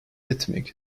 rhythmic